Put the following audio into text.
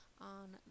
on